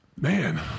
Man